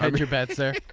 um you bet sir.